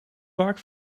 vaak